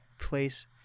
place